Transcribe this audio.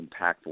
impactful